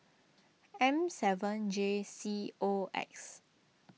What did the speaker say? M seven J C O X